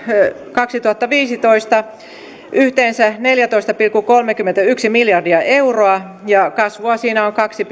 kaksituhattaviisitoista yhteensä neljätoista pilkku kolmekymmentäyksi miljardia euroa ja kasvua siinä on kaksi